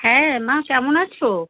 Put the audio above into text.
হ্যাঁ মা কেমন আছো